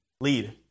Lead